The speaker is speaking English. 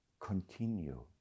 continue